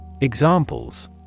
Examples